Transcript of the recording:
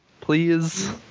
please